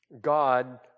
God